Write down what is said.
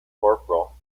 corporal